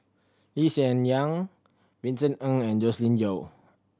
Lee Hsien Yang Vincent Ng and Joscelin Yeo